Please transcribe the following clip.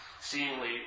seemingly